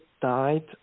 died